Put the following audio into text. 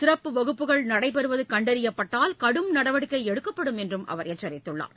சிறப்பு வகுப்புகள் நடைபெறுவது கண்டறியப்பட்டால் கடும் நடவடிக்கை எடுக்கப்படும் என்றும் அவர் எச்சரித்துள்ளார்